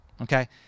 Okay